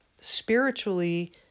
spiritually